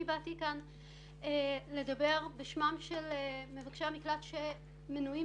אני באתי לכאן לדבר בשמם של מבקשי המקלט שמנועים